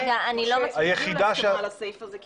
משה, תגיעו להסכמה על הסעיף הזה.